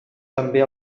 també